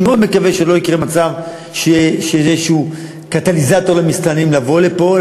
אני מאוד מקווה שלא יקרה מצב שיהיה קטליזטור למסתננים לבוא לפה,